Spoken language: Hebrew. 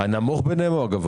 הנמוך מביניהם או הגבוה?